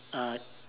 uh